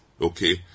Okay